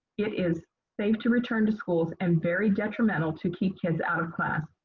it is safe to return to schools and very detrimental to keep kids out of class.